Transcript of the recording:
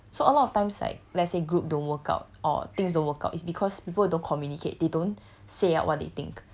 what and what not so a lot of times like let's say group don't work out or things don't work out it's because people don't communicate they don't